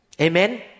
Amen